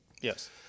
Yes